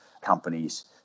companies